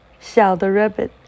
小的rabbit